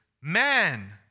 man